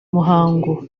muhango